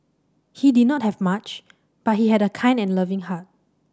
he did not have much but he had a kind and loving heart